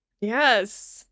Yes